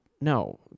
no